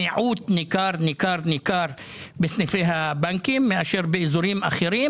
מיעוט ניכר מאוד של סניפי הבנקים לעומת אזורים אחרים